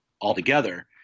altogether